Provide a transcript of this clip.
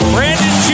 Brandon